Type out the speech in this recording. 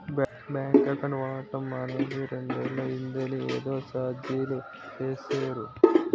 bank account వాడడం మానేసి రెండేళ్ళు అయిందని ఏదో చార్జీలు వేసేరు